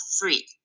free